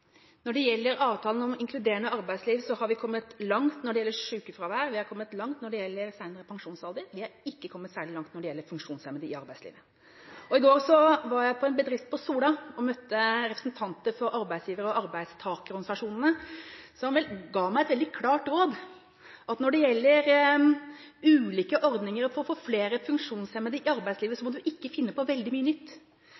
gjelder sykefravær og seinere pensjonsalder, men vi har ikke kommet særlig langt når det gjelder funksjonshemmede i arbeidslivet. I går var jeg på en bedrift på Sola og møtte representanter for arbeidsgiver- og arbeidstakerorganisasjonene, som ga meg et veldig klart råd. Når det gjelder ulike ordninger for å få flere funksjonshemmede i arbeidslivet, så